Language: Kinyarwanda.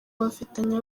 bafitanye